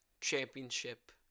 championship